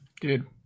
Dude